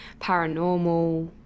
paranormal